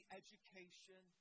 education